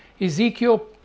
Ezekiel